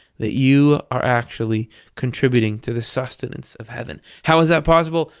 that you are actually contributing to the sustenance of heaven. how is that possible?